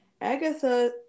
Agatha